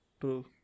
True